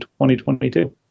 2022